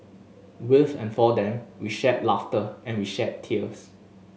with and for them we shared laughter and we shed tears